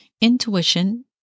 intuition